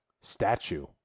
statue